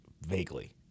Vaguely